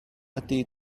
ydy